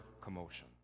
commotion